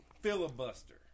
Filibuster